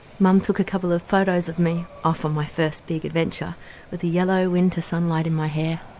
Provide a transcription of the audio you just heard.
mum took a couple of photos of me off on my first big adventure with the yellow winter sunlight in my hair.